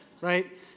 right